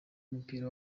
w’umupira